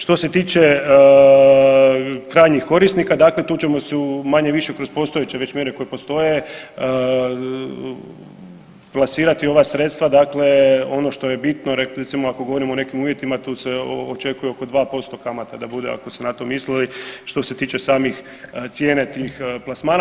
Što se tiče krajnjih korisnika, dakle tu ćemo se manje-više kroz postojeće već mjere koje postoje plasirati ova sredstva dakle ono što je bitno, recimo ako govorimo o nekim uvjetima, tu se očekuje oko 2% kamata da bude, ako ste to mislili, što se tiče samih cijene tih plasmana.